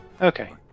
Okay